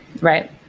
Right